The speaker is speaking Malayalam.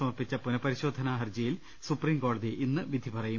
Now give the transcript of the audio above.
സമർപ്പിച്ച് പുനപരിശോധനാ ഹർജിയിൽ സുപ്രീം കോടതി ഇന്ന് വിധി പറയും